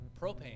propane